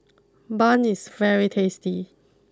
Bun is very tasty